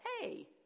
hey